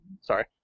Sorry